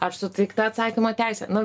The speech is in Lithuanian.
ar suteikta atsakymo teisė nu